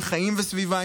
עם חיים וסביבה,